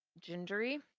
gingery